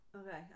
Okay